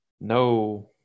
No